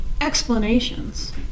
explanations